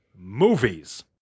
Movies